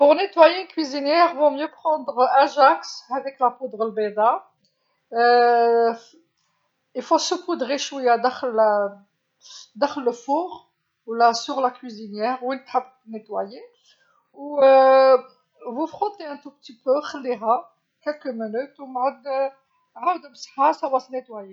لتنظيف فرن من الأحسن أخذ ليفة، هاذيك المسحوق البيضه، يجب رش المسحوق شويه داخل ال داخل الفرن ولا على سطح الفرن وين تحبي تنظف، و تتركونها قليلا خليها بضع دقائق ومن بعد عاود مسحها ستنظف.